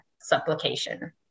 supplication